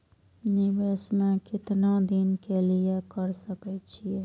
निवेश में केतना दिन के लिए कर सके छीय?